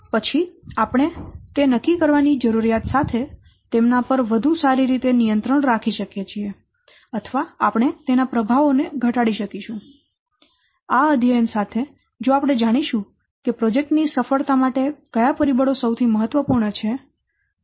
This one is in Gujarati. પછી આપણે તે નક્કી કરવાની જરૂરિયાત સાથે તેમના પર વધુ સારી રીતે નિયંત્રણ રાખી શકીએ છીએ અથવા આપણે તેના પ્રભાવો ને ઘટાડી શકીશું આ અધ્યયન સાથે જો આપણે જાણીશું કે પ્રોજેક્ટ ની સફળતા માટે કયા પરિબળો સૌથી મહત્વપૂર્ણ છે